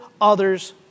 others